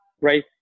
right